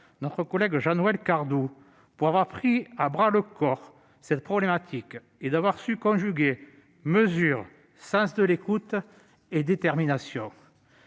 notre collègue Jean-Noël Cardoux d'avoir pris à bras-le-corps cette problématique et d'avoir su conjuguer mesure, sens de l'écoute et détermination.